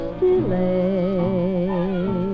delay